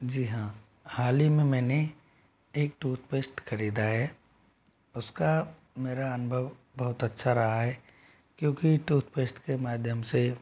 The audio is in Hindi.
जी हाँ हाल ही में मैंने एक टूथपेस्ट खरीदा है उसका मेरा अनुभव बहुत अच्छा रहा है क्योंकि टूथपेस्ट के माध्यम से